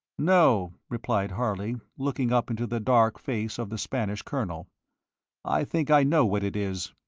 no, replied harley, looking up into the dark face of the spanish colonel i think i know what it is.